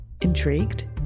Intrigued